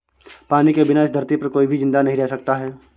पानी के बिना इस धरती पर कोई भी जिंदा नहीं रह सकता है